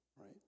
Right